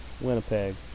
winnipeg